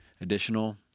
additional